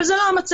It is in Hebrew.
אבל זה לא המצב,